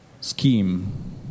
scheme